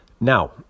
now